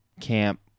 camp